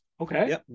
Okay